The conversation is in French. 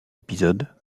épisode